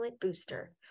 booster